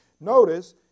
Notice